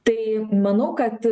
tai manau kad